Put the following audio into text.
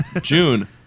June